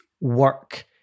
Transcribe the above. work